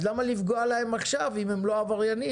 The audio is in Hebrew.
אז למה לפגוע בהם עכשיו אם הם לא עבריינים?